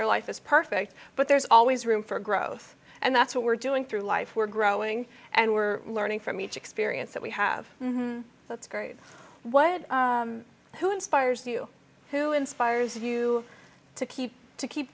their life is perfect but there's always room for growth and that's what we're doing through life we're growing and we're learning from each experience that we have that's great what who inspires you who inspires you to keep to keep